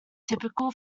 typical